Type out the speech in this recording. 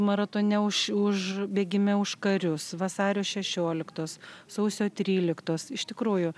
maratone už už bėgime už karius vasario šešioliktos sausio tryliktos iš tikrųjų